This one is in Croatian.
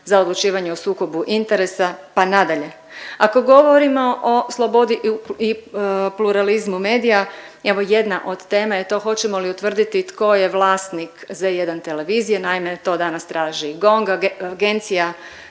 za odlučivanje o sukobu interesa pa nadalje. Ako govorimo o slobodi i pluralizmu medija evo jedna od teme je to hoćemo li utvrditi tko je vlasnik Z1 televizije, naime to danas traži GONG, Agencija